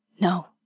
No